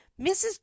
mrs